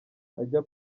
ajya